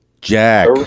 Jack